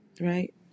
right